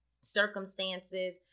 circumstances